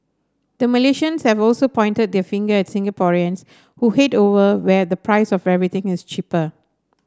the Malaysians have also pointed their finger at Singaporeans who head over where the price of everything is cheaper